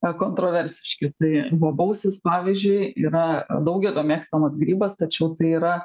na kontroversiški tai bobausis pavyzdžiui yra daugelio mėgstamas grybas tačiau tai yra